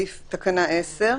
תקנה 10,